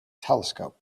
telescope